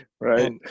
Right